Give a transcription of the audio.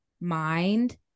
mind